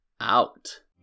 out